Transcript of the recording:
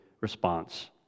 response